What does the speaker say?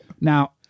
now